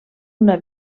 una